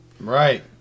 right